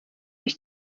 w’i